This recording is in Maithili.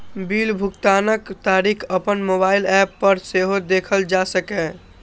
बिल भुगतानक तारीख अपन मोबाइल एप पर सेहो देखल जा सकैए